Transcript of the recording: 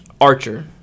Archer